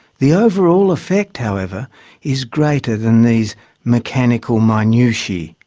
the overall effect however is greater than these mechanical minutiae,